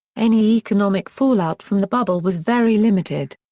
any economic fallout from the bubble was very limited.